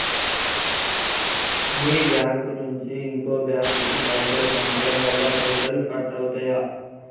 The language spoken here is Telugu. మీ బ్యాంకు నుంచి ఇంకో బ్యాంకు కు పైసలు పంపడం వల్ల పైసలు కట్ అవుతయా?